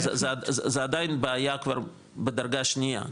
זה עדיין בעיה כבר בדרגה שנייה,